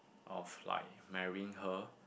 of like marrying her